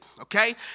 Okay